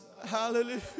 Hallelujah